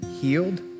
healed